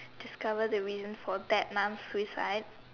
discover the reasons for that Nun suicide